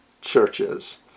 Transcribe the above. churches